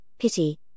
pity